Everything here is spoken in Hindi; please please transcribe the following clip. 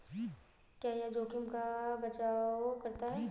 क्या यह जोखिम का बचाओ करता है?